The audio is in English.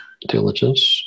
diligence